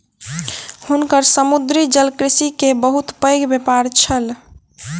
हुनकर समुद्री जलकृषि के बहुत पैघ व्यापार छल